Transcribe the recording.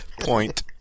Point